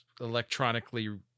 electronically